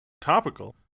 topical